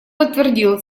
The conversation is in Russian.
подтвердил